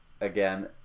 again